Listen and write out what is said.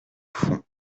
front